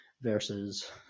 versus